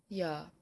ya